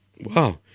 Wow